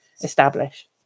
establish